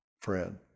friend